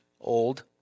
old